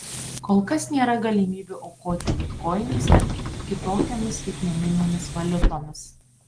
kol kas nėra galimybių aukoti bitkoinais ar kitokiomis skaitmeninėmis valiutomis